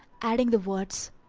adding the words,